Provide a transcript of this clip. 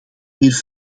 meer